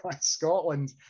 Scotland